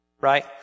right